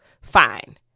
fine